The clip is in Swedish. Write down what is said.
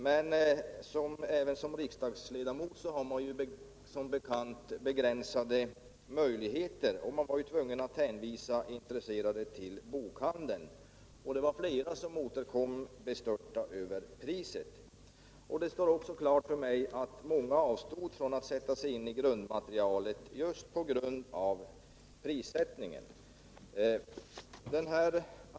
Men även som riksdagsledamot har man som bekant begränsade möjligheter, och man var tvungen att hänvisa intresserade till bokhandeln. Det var flera som återkom bestörta över priset. Det står också klart för mig att många avstod från att sätta sig in i grundmaterialet just på grund av prissättningen.